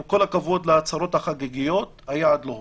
עם כל הכבוד להצהרות החגיגיות, שהיעד לא הושג.